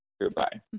Goodbye